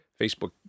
Facebook